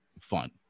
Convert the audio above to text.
fun